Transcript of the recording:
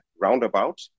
roundabout